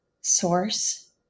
source